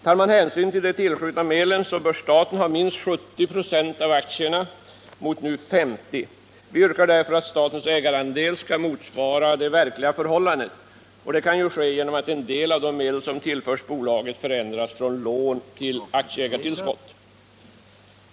Tar man hänsyn till de tillskjutna medlen, så borde staten ha minst 70 96 av aktierna mot nu 50 96. Vi yrkar därför att statens ägarandel skall motsvara de verkliga förhållandena, och detta kan ske genom att en del av de medel som tillförs bolaget förändras från lån till aktieägartillskott.